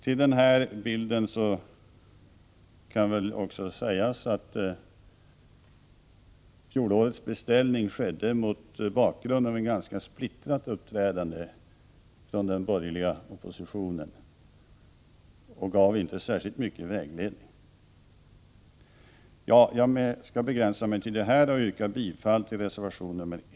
Till detta kan nämnas att fjolårets beställning skedde mot bakgrund av ett ganska splittrat uppträdande från den borgerliga oppositionen och inte gav särskilt stor vägledning. Jag skall begränsa mitt anförande till detta och yrkar bifall till reservation 1.